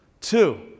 Two